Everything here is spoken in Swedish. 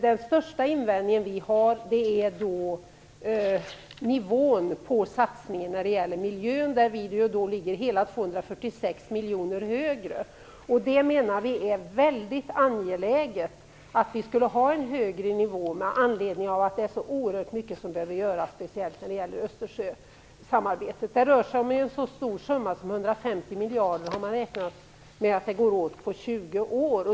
Den största invändning vi har gäller nivån på satsningen på miljön. Vi ligger där hela 246 miljoner högre. Vi tycker att det är angeläget att vi har en högre nivå med tanke på att så oerhört mycket behöver göras, speciellt vad gäller Östersjösamarbetet. Det rör sig om en så stor summa som 150 miljarder på 20 år.